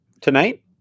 tonight